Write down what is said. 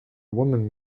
woman